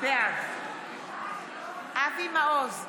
בעד אבי מעוז,